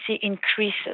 increases